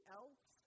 else